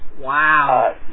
Wow